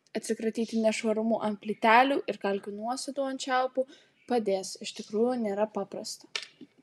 atsikratyti nešvarumų ant plytelių ir kalkių nuosėdų ant čiaupų padės iš tiesų nėra paprasta